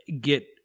get